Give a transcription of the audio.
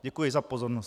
Děkuji za pozornost.